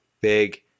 big